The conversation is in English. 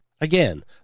Again